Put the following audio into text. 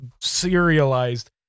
serialized